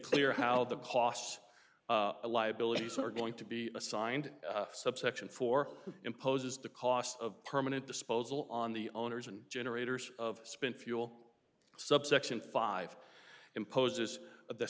clear how the costs liabilities are going to be assigned subsection four imposes the cost of permanent disposal on the owners and generators of spent fuel subsection five imposes the